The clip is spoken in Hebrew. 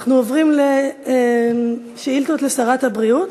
אנחנו עוברים לשאילתות לשרת הבריאות.